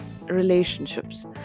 relationships